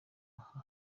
aha